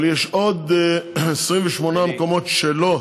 אבל יש עוד 28 מקומות שלא